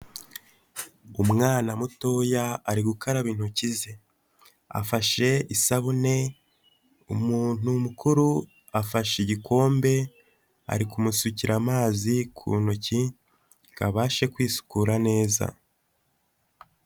Umwana mutoya ari gukaraba intoki ze afashe isabune, umuntu mukuru afashe igikombe ari kumusukira amazi ku ntoki kabashe kwisukura neza.